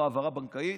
לא העברה בנקאית,